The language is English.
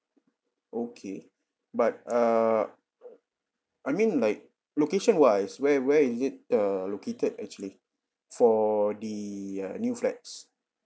okay but err I mean like location wise where where is it uh located actually for the uh new flats